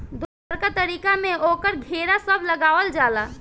दोसरका तरीका में ओकर घेरा सब लगावल जाला